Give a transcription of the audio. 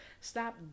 Stop